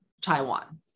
Taiwan